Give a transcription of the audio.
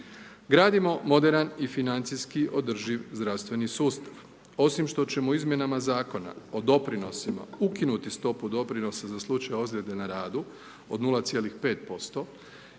Gradimo moderan i financijski održiv zdravstveni sustav. Osim što ćemo Izmjenama zakona o doprinosima ukinuti stopu doprinosa za slučaj ozljede na radu od 0,5%